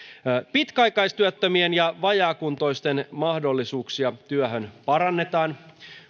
pitkäaikaistyöttömien ja vajaakuntoisten mahdollisuuksia työhön parannetaan